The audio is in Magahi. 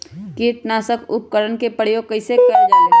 किटनाशक उपकरन का प्रयोग कइसे कियल जाल?